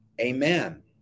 amen